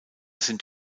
sind